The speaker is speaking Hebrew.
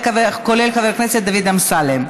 חבר הכנסת אמסלם,